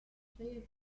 player